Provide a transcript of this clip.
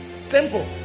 Simple